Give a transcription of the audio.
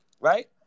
right